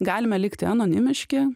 galime likti anonimiški